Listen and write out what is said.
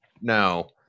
No